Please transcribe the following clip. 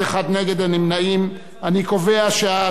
הודעת